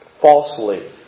falsely